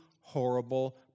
horrible